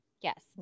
Yes